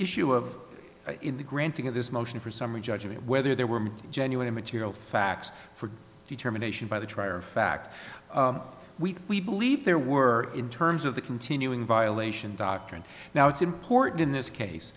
issue of in the granting of this motion for summary judgment whether there were genuine material facts for determination by the trier of fact we we believe there were in terms of the continuing violation doctrine now it's important in this case